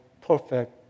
perfect